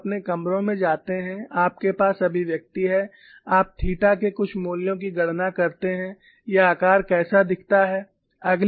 आप अपने कमरों में जाते हैं आपके पास अभिव्यक्ति है आप थीटा के कुछ मूल्यों की गणना करते हैं यह आकार कैसा दिखता है